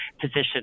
position